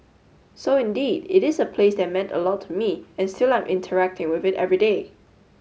so indeed it is a place that meant a lot to me and still I'm interacting with it every day